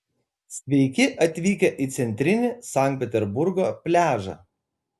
sveiki atvykę į centrinį sankt peterburgo pliažą